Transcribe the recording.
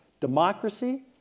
democracy